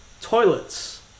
Toilets